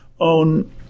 own